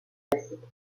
classique